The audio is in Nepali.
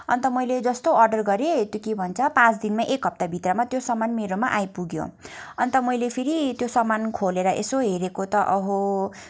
अन्त मैले जस्तो अडर गरेँ त्यो के भन्छ पाँच दिन एक हप्ता भित्रमा त्यो सामान मेरोमा आइपुग्यो अन्त मैले फेरि त्यो सामान खोलेर यसो हेरेको त अहो